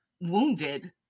wounded